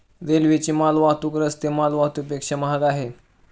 रेल्वेची माल वाहतूक रस्ते माल वाहतुकीपेक्षा महाग आहे